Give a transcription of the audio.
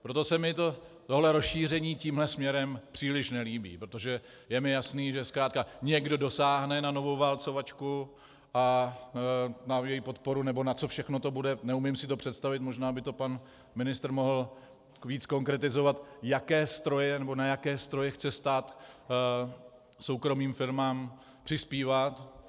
Proto se mi tohle rozšíření tímhle směrem příliš nelíbí, protože je mi jasné, že zkrátka někdo dosáhne na novou válcovačku a na její podporu, nebo na co všechno to bude neumím si to představit, možná by to pan ministr mohl víc konkretizovat, na jaké stroje chce stát soukromým firmám přispívat.